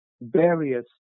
various